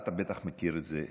אתה בטח מכיר את זה,